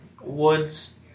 Woods